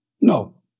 No